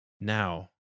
now